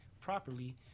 properly